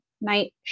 Night